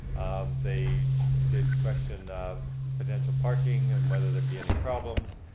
they did question potential parking and whether there'd be any problems,